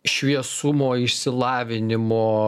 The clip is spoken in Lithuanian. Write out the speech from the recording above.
šviesumo išsilavinimo